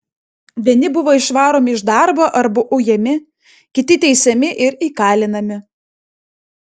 vieni buvo išvaromi iš darbo arba ujami kiti teisiami ir įkalinami